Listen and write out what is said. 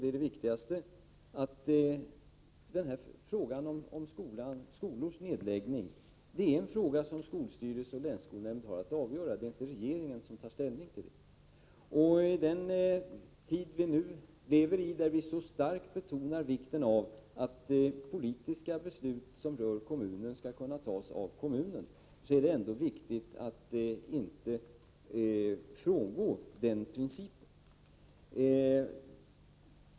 Det viktigaste skälet är naturligtvis att frågan om skolors nedläggning är en fråga som skolstyrelse och länsskolnämnd har att avgöra — det är inte regeringen som tar ställning till det. I den tid vi nu lever i, när vi så starkt betonar vikten av att politiska beslut som rör en kommun skall kunna fattas av kommunen, är det viktigt att inte frångå denna princip.